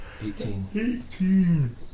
Eighteen